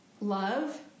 love